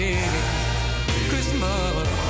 Christmas